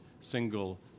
single